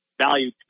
value